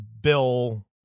bill